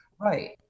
Right